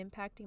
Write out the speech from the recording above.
impacting